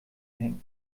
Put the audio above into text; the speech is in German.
hängen